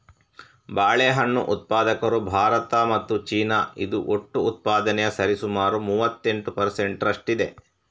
ಬಾಳೆಹಣ್ಣು ಉತ್ಪಾದಕರು ಭಾರತ ಮತ್ತು ಚೀನಾ, ಇದು ಒಟ್ಟು ಉತ್ಪಾದನೆಯ ಸರಿಸುಮಾರು ಮೂವತ್ತೆಂಟು ಪರ್ ಸೆಂಟ್ ರಷ್ಟಿದೆ